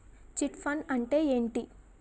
Chit fund అంటే ఏంటి?